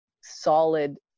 solid